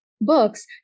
books